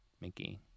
Mickey